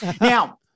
now